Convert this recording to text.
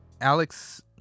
Alex